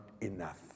enough